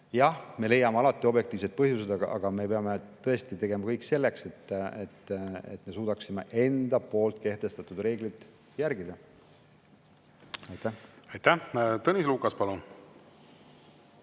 Jah, me leiame alati objektiivsed põhjused, aga me peame tõesti tegema kõik selleks, et me suudaksime enda kehtestatud reegleid järgida. Aitäh selle küsimuse